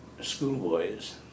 Schoolboys